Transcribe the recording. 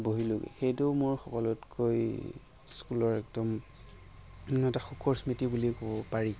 বহিলোঁগৈ সেইটো মোৰ সকলোতকৈ স্কুলৰ একদম এটা সুখৰ স্মৃতি বুলিয়ে ক'ব পাৰি